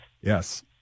Yes